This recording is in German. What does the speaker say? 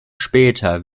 später